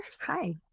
hi